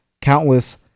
countless